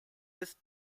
ist